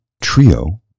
Trio